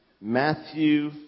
Matthew